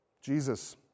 Jesus